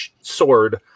sword